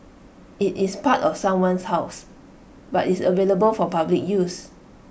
IT is part of someone's house but is available for public use